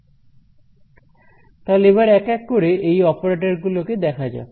তাহলে এবার এক এক করে এই অপারেটর গুলোকে দেখা যাক